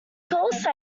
course